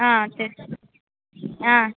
ஆ சரி ஆ